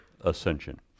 ascension